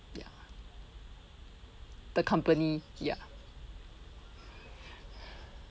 ya the company ya